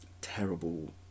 terrible